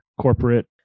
corporate